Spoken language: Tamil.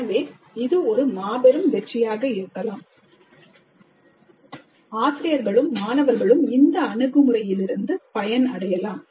எனவே இது ஒரு மாபெரும் வெற்றியாக இருக்கலாம் ஆசிரியர்களும் மாணவர்களும் இந்த அணுகுமுறையிலிருந்து பயனடையலாம்